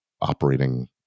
operating